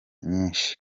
nyinshi